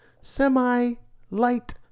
semi-light